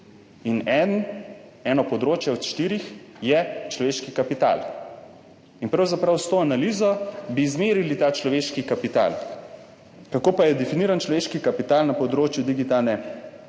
In eno področje od štirih je človeški kapital. In pravzaprav bi s to analizo izmerili ta človeški kapital. Kako pa je definiran človeški kapital na področju digitalne